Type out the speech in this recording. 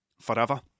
forever